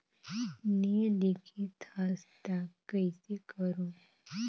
नी लिखत हस ता कइसे करू?